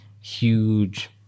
huge